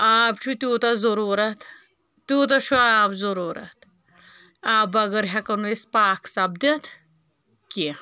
آب چھُ تیوٗتاہ ضروٗرت تیوٗتاہ چھُ آب ضروٗرت آب بغٲر ہٮ۪کو نہٕ أسۍ پاک سپدِتھ کینٛہہ